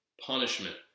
punishment